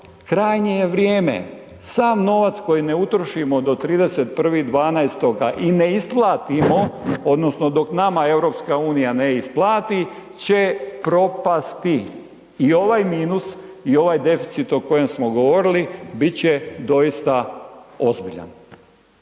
Krajnje je vrijeme. Sav novac koji ne utrošimo do 31.12. i ne isplatimo odnosno dok nama EU ne isplati će propasti i ovaj minus i ovaj deficit o kojem o kojem smo govorili bit će doista ozbiljan,